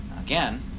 Again